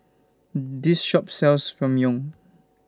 This Shop sells Ramyeon